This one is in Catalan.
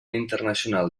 internacional